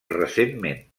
recentment